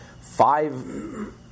five